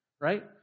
right